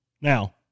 Now